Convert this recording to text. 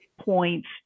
points